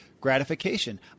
gratification